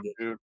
dude